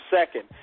second